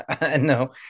no